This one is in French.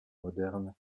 moderne